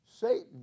Satan